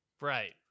Right